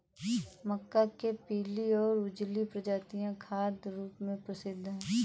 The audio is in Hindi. मक्का के पीली और उजली प्रजातियां खाद्य रूप में प्रसिद्ध हैं